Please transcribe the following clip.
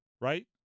right